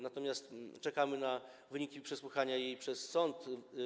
Natomiast czekamy na wyniki przesłuchania jej przez sąd.